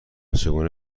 چگونه